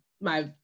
my-